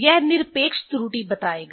यह निरपेक्ष त्रुटि बताएगा